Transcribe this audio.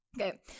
Okay